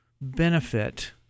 benefit